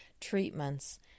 treatments